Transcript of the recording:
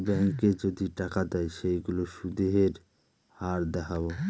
ব্যাঙ্কে যদি টাকা দেয় সেইগুলোর সুধের হার দেখাবো